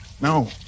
No